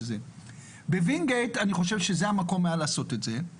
אני חושב שהמקום לעשות את זה היה בווינגייט.